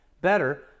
better